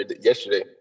yesterday